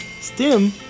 Stim